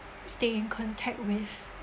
stay in contact with